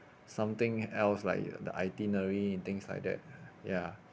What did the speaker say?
something else like the itinerary and things like that ya